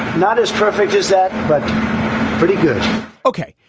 not as perfect as that, but pretty good ok,